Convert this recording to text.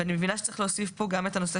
ואני מבינה שצריך להוסיף פה גם את הנושא